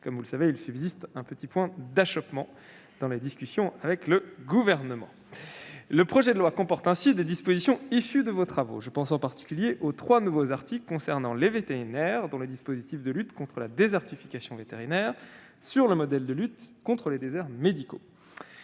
comme vous le savez, il subsiste un petit point d'achoppement dans les discussions que vous avez avec le Gouvernement. Le projet de loi comporte ainsi des dispositions issues de vos travaux. Je pense en particulier aux trois nouveaux articles concernant les vétérinaires, dont le dispositif de lutte contre la désertification vétérinaire, sur le modèle de la lutte contre les déserts médicaux.